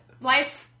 Life